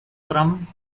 from